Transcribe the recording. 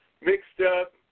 mixed-up